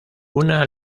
una